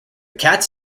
cats